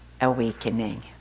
awakening